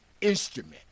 instrument